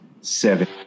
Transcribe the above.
seven